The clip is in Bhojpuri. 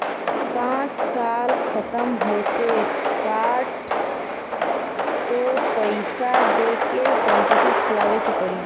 पाँच साल खतम होते साठ तो पइसा दे के संपत्ति छुड़ावे के पड़ी